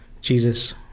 Jesus